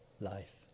life